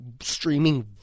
streaming